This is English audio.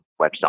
website